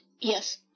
yes